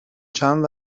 چند